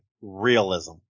realism